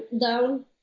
down